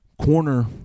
corner